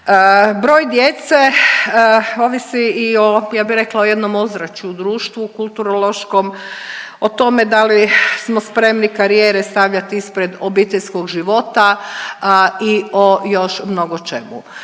Broj djece ovisi i o ja bih rekla o jednom ozračju u društvu kulturološkom, o tome da li smo spremni karijere stavljati ispred obiteljskog života i o još mnogo čemu.